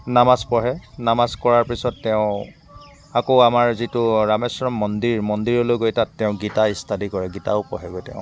নামাজ পঢ়ে নামাজ কৰাৰ পিছত তেওঁ আকৌ আমাৰ যিটো ৰামেশ্বৰম মন্দিৰ মন্দিৰলৈ গৈ তাত তেওঁ গীতা ষ্টাদি কৰে গীতাও পঢ়েগৈ তেওঁ